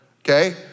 okay